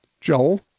Joel